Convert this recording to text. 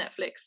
Netflix